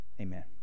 Amen